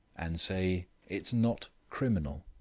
and say it's not criminal.